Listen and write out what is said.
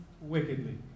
wickedly